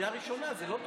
סליחה, רגע, רגע.